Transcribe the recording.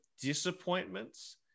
disappointments